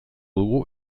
dugu